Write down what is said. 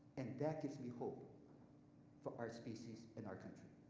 and that gives me hope for our species and our country.